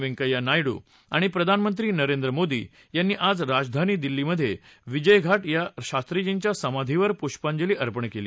व्यंकया नायडू आणि प्रधानमंत्री नरेंद्र मोदी यांनी आज राजधानी दिल्लीमध्ये विजयघाट या शास्त्रीजींच्या समाधीवर पुष्पांजली अर्पण केली